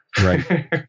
Right